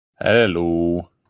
Hello